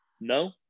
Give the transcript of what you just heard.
no